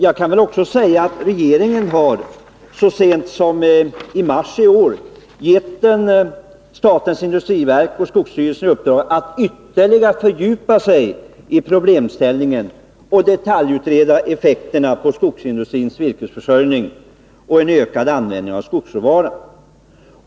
Jag kan också säga att regeringen så sent som i mars i år har gett statens industriverk och skogsstyrelsen i uppdrag att ytterligare fördjupa sig i problemställningen och detaljutreda effekterna på skogsindustrins virkesförsörjning och på en ökad användning av skogsråvara.